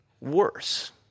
worse